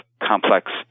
complex